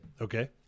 okay